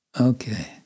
Okay